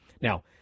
Now